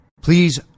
Please